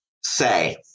say